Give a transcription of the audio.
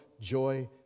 joy